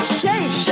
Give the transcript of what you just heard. shake